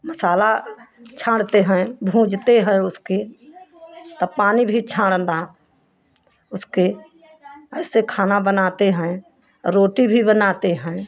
मसाला छाँड़ते हैं भूँनते है उसके तब पानी भी छाड़न दां उसके ऐसे खाना बनाते हैं रोटी भी बनाते हैं